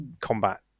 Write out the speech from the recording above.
combat